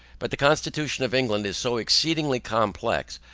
but the constitution of england is so exceedingly complex,